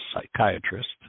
psychiatrist